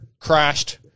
crashed